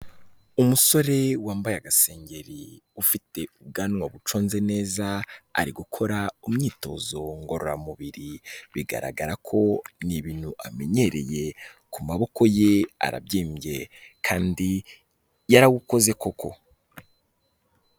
Umusore wambaye agasengeri, ufite ubwanwa buconze neza, ari gukora imyitozo ngororamubiri. Bigaragara ko ni ibintu amenyereye. Ku maboko ye arabyimbye kandi yarawukoze koko.